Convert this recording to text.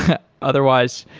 otherwise,